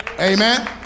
amen